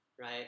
right